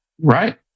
Right